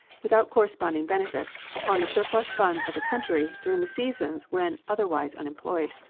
without corresponding benefits, upon the surplus funds of the country during the seasons when otherwise unemployed.